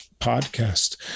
Podcast